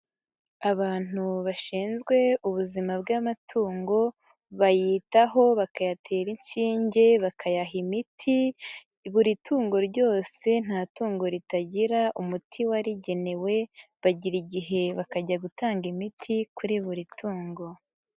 Abantu bashinzwe ubuzima bw'amatungo, bayitaho, bakayatera inshinge, bakayaha imiti, buri tungo ryose nta tungo ritagira umuti warigenewe, bagira igihe bakajya gutanga imiti kuri buri tungo.